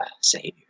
savior